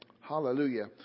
Hallelujah